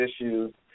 issues